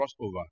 crossover